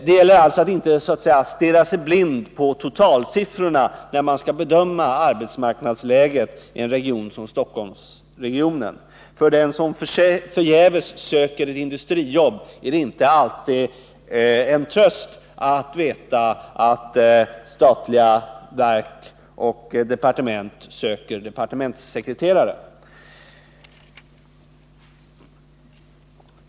Det gäller alltså att inte så att säga stirra sig blind på totalsiffrorna, när man skall bedöma arbetsmarknadsläget i en region som Stockholmsregionen. För den som förgäves söker ett industrijobb är det inte alltid en tröst att veta att staten söker departementssekreterare.